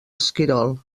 esquirol